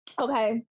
okay